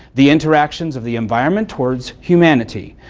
the interactions of the environment towards humanity.